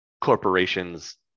corporations